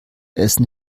essen